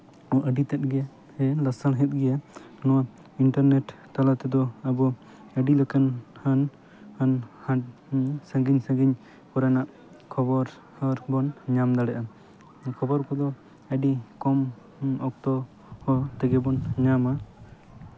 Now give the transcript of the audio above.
ᱟᱹᱰᱤᱛᱮᱜ ᱜᱮ ᱞᱟᱥᱟᱲᱦᱮᱫ ᱜᱮᱭᱟ ᱱᱚᱣᱟ ᱤᱱᱴᱟᱨᱱᱮᱴ ᱛᱟᱞᱟ ᱛᱮᱫᱚ ᱟᱵᱚ ᱟᱹᱰᱤ ᱞᱮᱠᱟᱱ ᱦᱟᱹᱱ ᱦᱟᱹᱱ ᱦᱟᱹᱱ ᱥᱟᱺᱜᱤᱧ ᱥᱟᱺᱜᱤᱧ ᱠᱚᱨᱮᱱᱟᱜ ᱠᱷᱚᱵᱚᱨ ᱦᱚᱨ ᱵᱚᱱ ᱧᱟᱢ ᱫᱟᱲᱮᱭᱟᱜᱼᱟ ᱠᱷᱚᱵᱚᱨ ᱠᱚᱫᱚ ᱟᱹᱰᱤ ᱠᱚᱢ ᱚᱠᱛᱚ ᱦᱚᱸ ᱛᱮᱜᱮ ᱵᱚᱱ ᱧᱟᱢᱟ